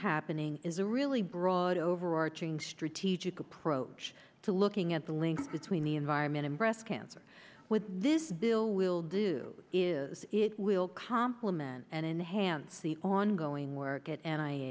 happening is a really broad overarching strategic approach to looking at the link between the environment and breast cancer with this bill will do is it will complement and enhance the ongoing work it an